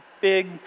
big